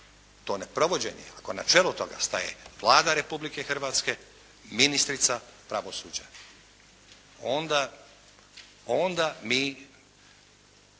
to neprovođenje, ako načelo toga staje Vlada Republike Hrvatske, ministrica pravosuđa. Onda mi